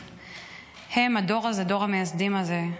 הם, הדור הזה, דור המייסדים הזה,